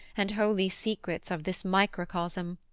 and holy secrets of this microcosm,